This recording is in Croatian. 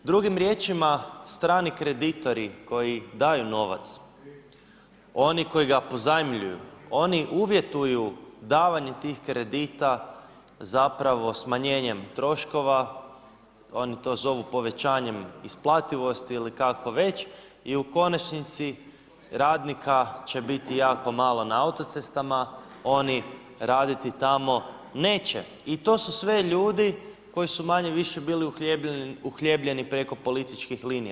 Drugim riječima, strani kreditori koji daju novac, oni koji ga pozajmljuju, oni uvjetuju davanje tih kredita zapravo smanjenjem troškova, oni to zovu povećanjem isplativosti ili kako već i u konačnici radnika će biti jako malo na autocestama, oni raditi tamo neće i to su sve ljudi koji su manje-više bili uhljebljeni preko političkih linija.